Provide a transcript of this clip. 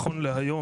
נכון להיום,